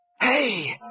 Hey